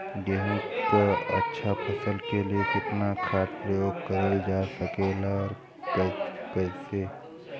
गेहूँक अच्छा फसल क लिए कितना खाद के प्रयोग करल जा सकेला और कैसे करल जा सकेला?